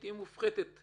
אתם מעודדים